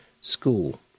School